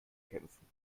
kämpfen